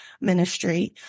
ministry